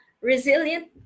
resilient